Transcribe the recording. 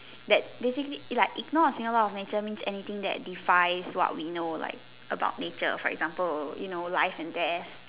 that basically like ignore a single law of nature means anything that defies what we know about nature for example you know life and death